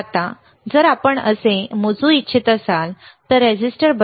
आता जर आपण असे मोजू इच्छित असाल तर हे रेझिस्टर प्रतिकार बद्दल आहे